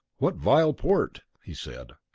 what vile port! he said.